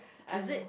is it